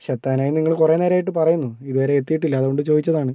പക്ഷെ എത്താറായി എന്ന് നിങ്ങൾ കുറേ നേരമായിട്ട് പറയുന്നു ഇതുവരെ എത്തിയിട്ടില്ല അതുകൊണ്ട് ചോദിച്ചതാണ്